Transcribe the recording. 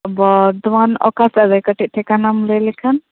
ᱵᱚᱨᱫᱷᱚᱢᱟᱱ ᱚᱠᱟᱥᱮᱫ ᱨᱮ ᱠᱟ ᱴᱤᱡ ᱴᱷᱤᱠᱟᱹᱱᱟᱢ ᱞᱟ ᱭ ᱞᱮᱠᱷᱟᱱ